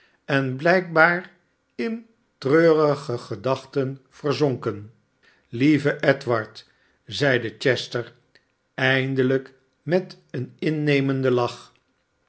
en blijkbaar in treurige gedachten verzonken lieve edward zeide chester eindelijk met een innemendenlach laat